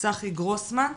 צחי גרוסמן.